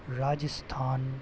Rajasthan